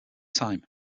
time